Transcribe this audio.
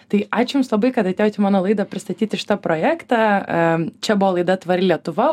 tai ačiū jums labai kad atėjot į mano laidą pristatyti šitą projektą čia buvo laida tvari lietuva